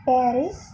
Paris